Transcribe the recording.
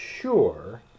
sure